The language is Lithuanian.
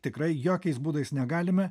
tikrai jokiais būdais negalime